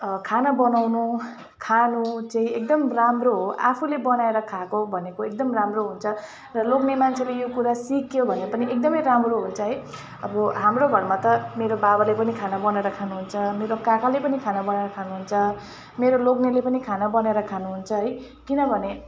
खाना बनाउनु खानु चाहिँ एकदम राम्रो हो आफूले बनाएर खाएको भनेको एकदम राम्रो हुन्छ र लोग्ने मान्छेले यो कुरा सिक्यो भने पनि एकदमै राम्रो हुन्छ है अब हाम्रो घरमा त मेरो बाबाले पनि खाना बनाएर खानुहुन्छ मेरो काकाले पनि खाना बनाएर खानुहुन्छ मेरो लोग्नेले पनि खाना बनाएर खानुहुन्छ है किनभने